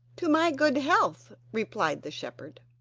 to my good health replied the shepherd.